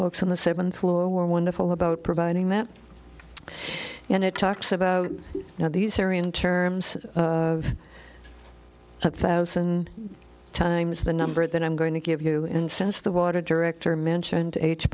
folks on the seventh floor wonderful about providing that and it talks about how these areas in terms of a thousand times the number that i'm going to give you and since the water director mentioned h